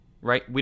right